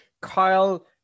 Kyle